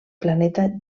planeta